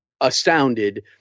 astounded